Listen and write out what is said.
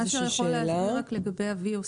אשר, אתה יכול להסביר בכמה מילים?